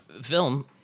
film